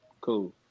Cool